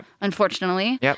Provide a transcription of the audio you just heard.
unfortunately